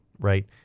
right